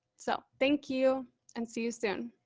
so thank you and see you soon.